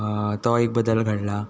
तो एक बदल घडला